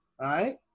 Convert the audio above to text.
right